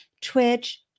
twitch